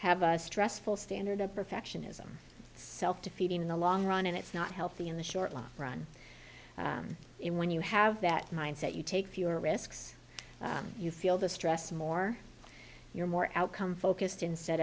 have a stressful standard of perfectionism self defeating in the long run and it's not healthy in the short long run when you have that mindset you take fewer risks you feel the stress more you're more outcome focused instead